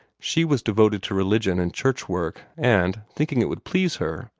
she was devoted to religion and church work and, thinking it would please her,